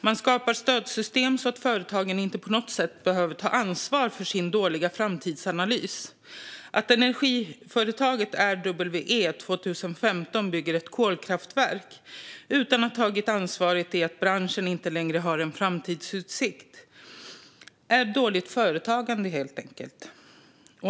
Man skapar stödsystem så att företagen inte på något sätt behöver ta ansvar för sin dåliga framtidsanalys. Att energiföretaget RWE år 2015 bygger ett kolkraftverk utan att ha tagit i beaktande att branschen inte längre har några framtidsutsikter är dåligt företagande, helt enkelt.